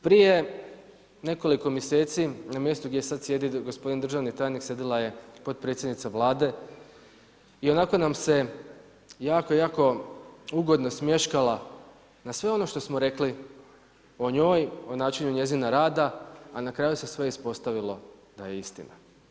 Prije nekoliko mjeseci na mjestu gdje sad sjedi gospodin državni tajnik sjedila je potpredsjednica Vlade i onako nam se jako, jako ugodno smješkala na sve ono što smo rekli o njoj, o načinu njezina rada, a na kraju se sve ispostavilo da je istina.